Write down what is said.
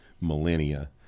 millennia